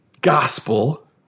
gospel